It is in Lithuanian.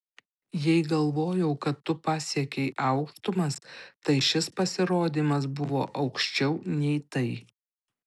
jei galvojau kad tu pasiekei aukštumas tai šis pasirodymas buvo aukščiau nei tai